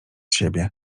siebie